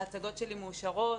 ההצגות שלי מאושרות,